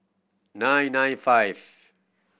nine nine five